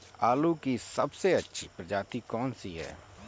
आलू की सबसे अच्छी प्रजाति कौन सी है?